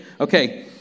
Okay